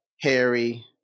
Harry